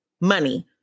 money